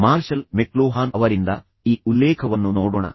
marshal McLuhan ಅವರಿಂದ ಈ ಉಲ್ಲೇಖವನ್ನು ನೋಡೋಣ